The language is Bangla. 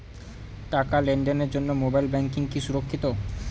টাকা লেনদেনের জন্য মোবাইল ব্যাঙ্কিং কি সুরক্ষিত?